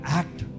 act